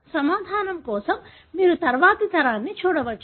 సమాధానం కోసం మీరు తరువాతి తరానికి చూడవచ్చు